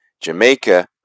Jamaica